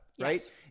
Right